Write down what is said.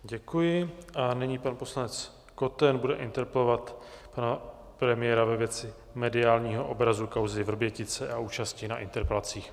Děkuji a nyní pan poslanec Koten bude interpelovat pana premiéra ve věci mediálního obrazu kauzy Vrbětice a účasti na interpelacích.